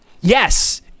Yes